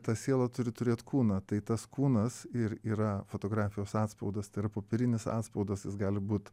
ta siela turi turėt kūną tai tas kūnas ir yra fotografijos atspaudas tai yra popierinis atspaudas jis gali būt